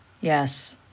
Yes